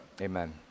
Amen